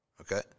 Okay